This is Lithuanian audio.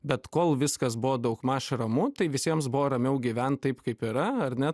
bet kol viskas buvo daugmaž ramu tai visiems buvo ramiau gyvent taip kaip yra ar ne